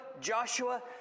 Joshua